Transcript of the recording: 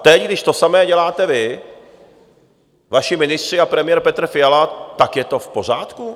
Teď, když to samé děláte vy, vaši ministři a premiér Petr Fiala, tak je to v pořádku?